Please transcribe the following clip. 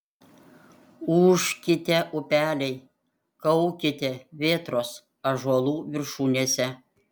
ūžkite upeliai kaukite vėtros ąžuolų viršūnėse